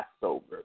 Passover